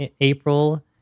April